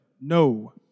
no